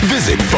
Visit